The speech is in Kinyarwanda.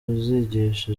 uzigisha